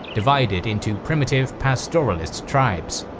divided into primitive pastoralist tribes.